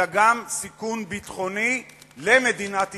אלא גם סיכון ביטחוני למדינת ישראל.